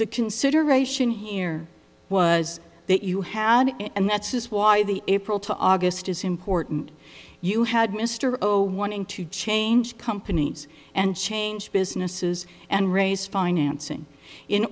the consideration here was that you had and that's is why the april to august is important you had mr o wanting to change companies and change businesses and raise financing in